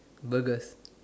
burgers